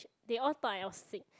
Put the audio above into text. they all thought I was sick